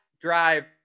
drive